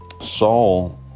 Saul